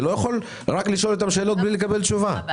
אני רוצה לקבל תשובות.